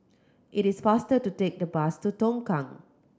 it is faster to take the bus to Tongkang